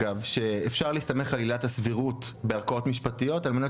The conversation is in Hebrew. שאפשר להשתמש בעילת הסבירות בערכאות משפטיות על מנת